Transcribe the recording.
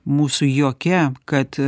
mūsų jokia kad